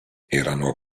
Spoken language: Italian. erano